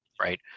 right